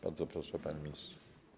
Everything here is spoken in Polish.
Bardzo proszę, panie ministrze.